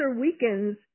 weakens